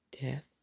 death